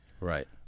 Right